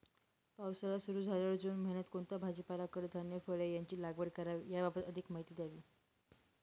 पावसाळा सुरु झाल्यावर जून महिन्यात कोणता भाजीपाला, कडधान्य, फळे यांची लागवड करावी याबाबत अधिक माहिती द्यावी?